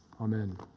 Amen